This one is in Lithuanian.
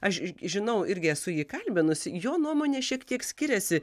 aš žinau irgi esu jį kalbinusi jo nuomonė šiek tiek skiriasi